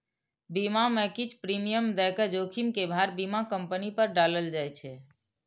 बीमा मे किछु प्रीमियम दए के जोखिम के भार बीमा कंपनी पर डालल जाए छै